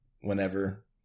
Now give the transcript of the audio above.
whenever